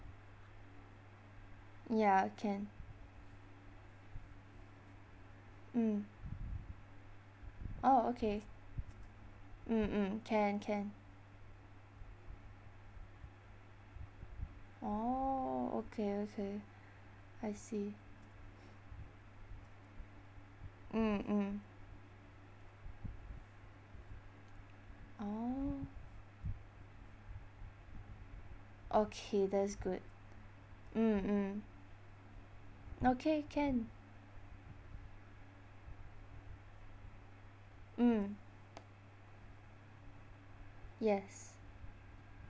ya can mm oh okay mm mm can can orh okay okay I see mm mm orh okay that's good mm mm okay can mm yes